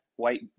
white